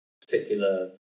particular